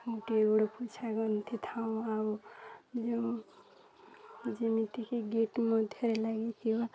ଗୋଟିଏ ଘରେ ପୂଜା କରିଥାଉ ଆଉ ଯେଉଁ ଯେମିତିକି ଗେଟ ମଧ୍ୟରେ ଲାଗିଥିବା